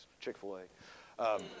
Chick-fil-A